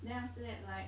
then after that like